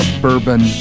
Suburban